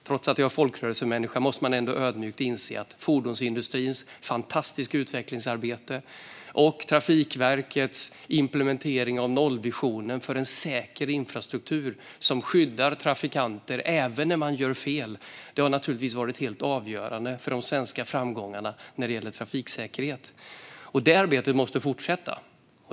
Trots att jag är folkrörelsemänniska anser jag att man ödmjukt måste inse att fordonsindustrins fantastiska utvecklingsarbete och Trafikverkets implementering av nollvisionen för en säker infrastruktur, som skyddar trafikanter även när de gör fel, naturligtvis har varit helt avgörande för de svenska framgångarna när det gäller trafiksäkerhet. Det arbetet måste fortsätta.